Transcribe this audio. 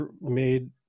made